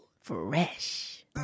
Fresh